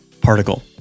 particle